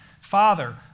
father